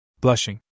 Blushing